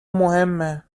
مهمه